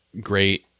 great